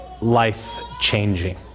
life-changing